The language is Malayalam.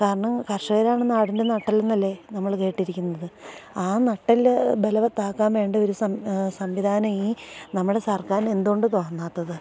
കാരണം കർഷകരാണ് നാടിൻ്റെ നട്ടെല്ലെന്നല്ലേ നമ്മൾ കേട്ടിരിക്കുന്നത് ആ നട്ടെല്ല് ബലവത്താക്കാൻ വേണ്ടൊരു സംവിധാനം ഈ നമ്മുടെ സർക്കാരിനെന്തു കൊണ്ട് തോന്നാത്തത്